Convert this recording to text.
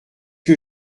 que